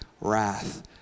wrath